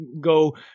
go